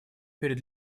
перед